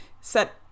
set